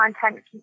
content